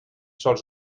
sols